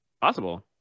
possible